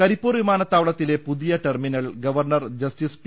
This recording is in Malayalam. കരിപ്പൂർ വിമാനത്താവളത്തിലെ പുതിയ ടെർമിനൽ ഗവർണർ ജസ്റ്റിസ് പി